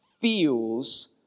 feels